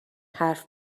حرف